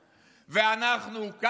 גם אם היא אורתודוקסית.